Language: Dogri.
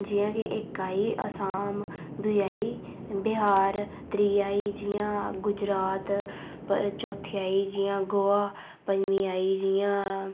जियां के इक आई असाम दुई आई बिहार त्री आई जियां गुजरात फ्ही चौथी आई जियां गोआ पंजमी आई जियां